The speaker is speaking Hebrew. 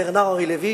ברנאר אנרי לוי,